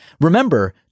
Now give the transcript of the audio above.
Remember